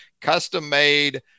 custom-made